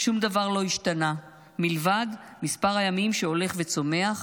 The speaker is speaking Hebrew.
שום דבר לא השתנה מלבד מספר הימים שהולך וצומח,